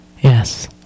Yes